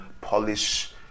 polish